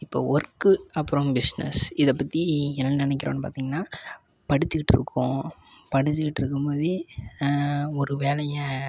இப்போ ஒர்க்கு அப்புறம் பிஸ்னஸ் இதை பற்றி என்ன நினைக்கிறோன்னு பார்த்திங்கனா படிச்சிக்கிட்டு இருக்கோம் படிச்சிக்கிட்டு இருக்கும் போது ஒரு வேலையை